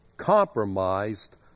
compromised